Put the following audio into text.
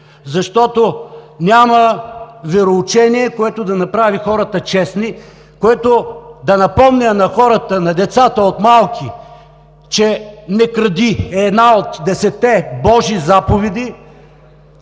Защото няма вероучение, което да направи хората честни, което да напомня на хората, на децата от малки, че „не кради!“ една от десетте Божи заповеди,